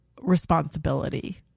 responsibility